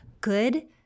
good